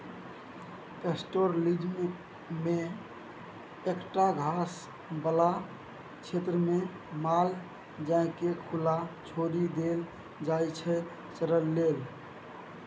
pastoralism मे एकटा घास बला क्षेत्रमे माल जालकेँ खुला छोरि देल जाइ छै चरय लेल